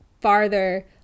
farther